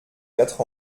quatre